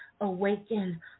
awaken